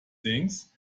things